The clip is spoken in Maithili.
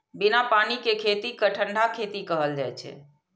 बिना पानि के खेती कें ठंढा खेती कहल जाइ छै